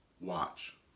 watch